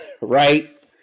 right